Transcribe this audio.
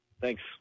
thanks